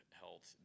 health